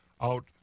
out